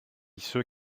ceux